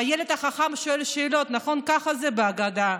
הילד החכם שואל את השאלות, נכון ככה זה בהגדה?